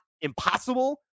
impossible